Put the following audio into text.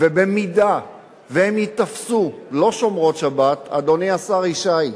ובמידה שהן ייתפסו לא שומרות שבת, אדוני השר ישי,